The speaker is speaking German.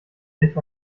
sich